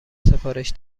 سفارش